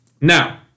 Now